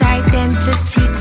identity